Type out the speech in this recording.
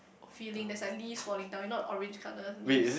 feeling there's like leaves falling down you know the orange colour leaves